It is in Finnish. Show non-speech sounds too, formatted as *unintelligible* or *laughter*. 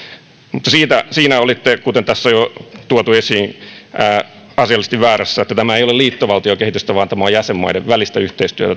mutta siinä olitte kuten tässä on jo tuotu esiin asiallisesti väärässä että tämä ei ole liittovaltiokehitystä vaan tämä pysyvä rakenteellinen yhteistyö on jäsenmaiden välistä yhteistyötä *unintelligible*